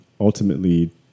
Ultimately